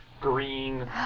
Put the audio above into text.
green